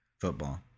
football